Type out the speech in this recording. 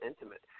intimate